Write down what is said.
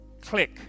click